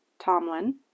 Tomlin